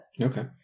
Okay